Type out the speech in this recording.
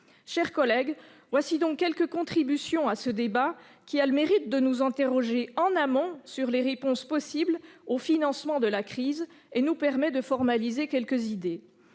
chers collègues, voilà donc quelques contributions à ce débat qui a le mérite de nous faire réfléchir en amont sur les voies possibles d'un financement des réponses à la crise et nous permet de formaliser quelques idées.